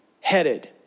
headed